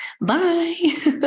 bye